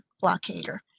blockader